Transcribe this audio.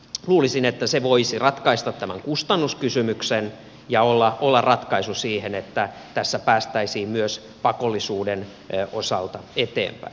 luulisin että se voisi ratkaista tämän kustannuskysymyksen ja olla ratkaisu siihen että tässä päästäisiin myös pakollisuuden osalta eteenpäin